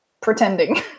pretending